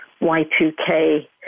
Y2K